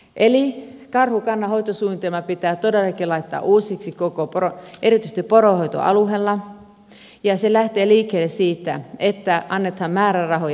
eli karhukannan hoitosuunnitelma pitää todellakin laittaa uusiksi erityisesti poronhoitoalueella ja se lähtee liikkeelle siitä että annetaan määrärahoja